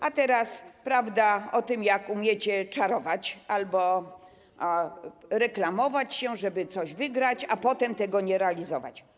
A teraz prawda o tym, jak umiecie czarować albo reklamować się, żeby coś wygrać, a potem tego nie realizować.